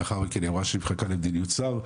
לאחר מכן היא אמרה שהיא מחכה למדיניות שר.